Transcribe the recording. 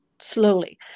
slowly